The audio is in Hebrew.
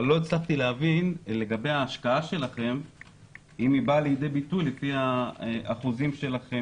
אבל לא הצלחתי להבין האם ההשקעה שלכם באה לידי ביטוי לפי האחוזים שלכם,